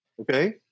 okay